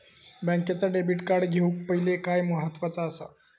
बँकेचा debit card घेउक पाहिले काय महत्वाचा असा?